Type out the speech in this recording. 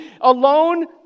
alone